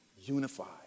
unified